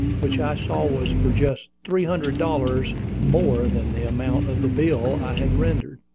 which i saw was for just three hundred dollars more than the amount of the bill i had rendered.